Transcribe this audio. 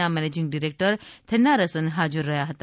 ના managing director Thennarasan હાજર રહ્યા હતા